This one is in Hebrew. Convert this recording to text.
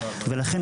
ולכן,